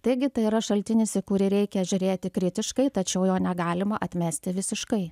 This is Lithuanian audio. taigi tai yra šaltinis į kurią reikia žiūrėti kritiškai tačiau jo negalima atmesti visiškai